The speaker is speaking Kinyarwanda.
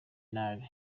nabi